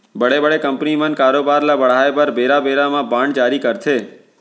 बड़े बड़े कंपनी मन कारोबार ल बढ़ाय बर बेरा बेरा म बांड जारी करथे